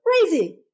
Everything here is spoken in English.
crazy